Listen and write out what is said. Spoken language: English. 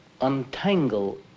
untangle